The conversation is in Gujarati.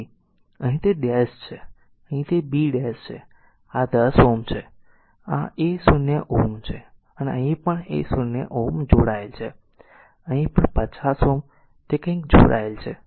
તો અહીં તે ડેશ છે અહીં તે b ડેશ છે અને આ 10 Ω છે અને આ a0 Ω છે અને અહીં પણ a0 Ω જોડાયેલ છે અને અહીં પણ 50 Ω તે કંઈક જોડાયેલ છે